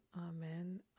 Amen